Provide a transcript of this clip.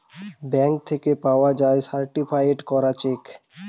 bank থেকে পাওয়া যায় সার্টিফায়েড করা চেক